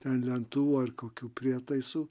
ten lentų ar kokių prietaisų